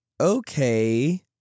okay